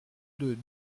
deux